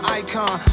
icon